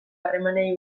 harremanei